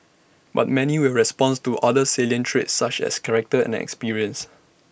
but many will respond to other salient traits such as character and experience